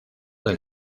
del